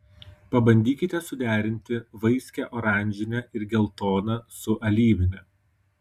pabandykite suderinti vaiskią oranžinę ir geltoną su alyvine